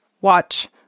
Watch